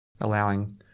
allowing